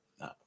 No